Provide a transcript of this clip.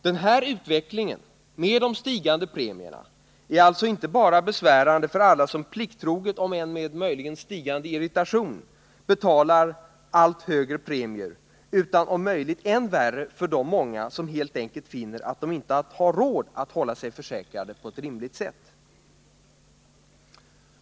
Den här utvecklingen, med de stigande premierna, är alltså inte bara besvärande för alla som plikttroget om än med stigande irritation betalar allt högre premier, utan om möjligt än värre för de många som helt enkelt finner att de inte har råd att hålla sig försäkrade på ett rimligt sätt.